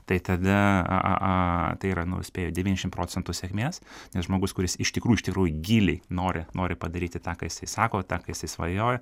tai tada a a a tai yra nu spėju devyniasdešim procentų sėkmės nes žmogus kuris iš tikrųjų iš tikrųjų giliai nori nori padaryti tą ką jisai sako tą ką jisai svajoja